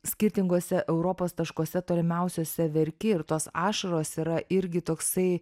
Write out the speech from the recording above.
skirtinguose europos taškuose tolimiausiose verki ir tos ašaros yra irgi toksai